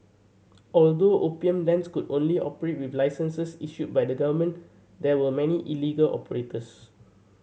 although opium dens could only operate with licenses issued by the government there were many illegal operators